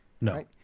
No